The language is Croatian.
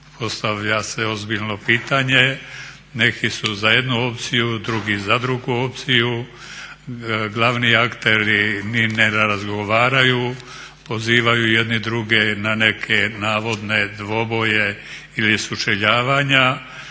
postavlja se ozbiljno pitanje, neki su za jednu opciju, drugi za drugu opciju, glavni akteri ni ne razgovaraju, pozivaju jedni druge na neke navodne dvoboje ili sučeljavanja.